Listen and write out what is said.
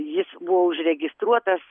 jis buvo užregistruotas